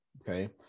Okay